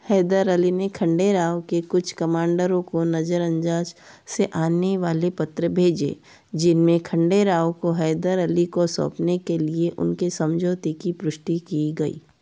हैदर अली ने खंडेराव के कुछ कमांडरों को नंजराज से आने वाले पत्र भेजे जिनमें खंडेराव को हैदर अली को सौंपने के लिए उनके समझौते की पुष्टि की गई